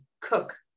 cook